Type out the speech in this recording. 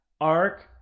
arc